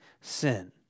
sin